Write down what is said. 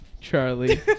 Charlie